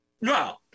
No